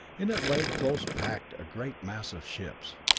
in it lay close packed a great mass of ships,